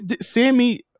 Sammy